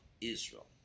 Israel